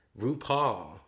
RuPaul